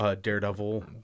Daredevil